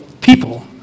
People